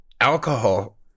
alcohol